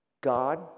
God